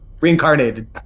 reincarnated